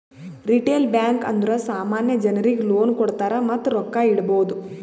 retail bank ಅಂದುರ್ ಸಾಮಾನ್ಯ ಜನರಿಗ್ ಲೋನ್ ಕೊಡ್ತಾರ್ ಮತ್ತ ರೊಕ್ಕಾ ಇಡ್ಬೋದ್